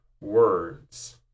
words